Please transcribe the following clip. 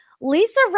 Lisa